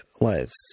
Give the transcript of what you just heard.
lives